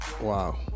Wow